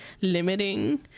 limiting